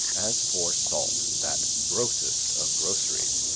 as for salt, that grossest of groceries,